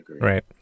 Right